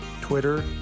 Twitter